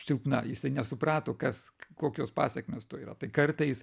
silpna jisai nesuprato kas kokios pasekmės to yra tai kartais